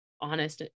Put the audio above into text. honest